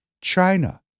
China